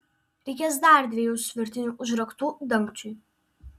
reikės dar dviejų svirtinių užraktų dangčiui